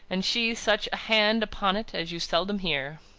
and she such a hand upon it as you seldom hear.